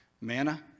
Manna